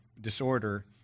disorder